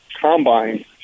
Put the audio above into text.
combine